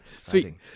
Sweet